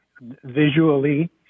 visually